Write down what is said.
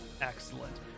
Excellent